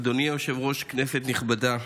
אדוני היושב-ראש, כנסת נכבדה,